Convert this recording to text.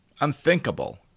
unthinkable